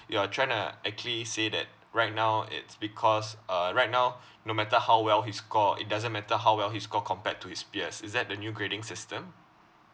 you are trying to actually say that right now it's because uh right now no matter how well his score it doesn't matter how well he scored compared to his peers is that the new grading system